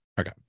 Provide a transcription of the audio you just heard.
okay